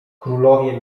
królowie